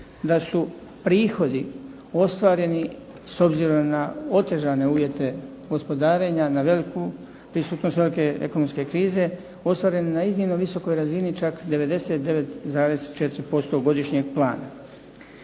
da su prihodi ostvareni s obzirom na otežane uvjete gospodarenja na prisutnost velika gospodarske krize ostvareni na iznimno visokoj razini čak 99,4% godišnjeg plana.